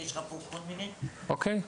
אוקי.